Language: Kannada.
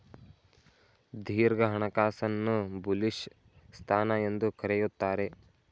ದೀರ್ಘ ಹಣಕಾಸನ್ನು ಬುಲಿಶ್ ಸ್ಥಾನ ಎಂದು ಕರೆಯುತ್ತಾರೆ